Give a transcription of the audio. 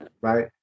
right